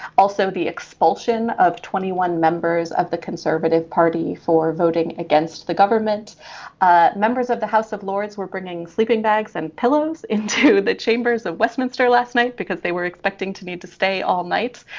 also the expulsion of twenty one members of the conservative party for voting against the government ah members of the house of lords were bringing sleeping bags and pillows into the chambers of westminster last night because they were expecting to need to stay all night.